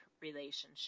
relationship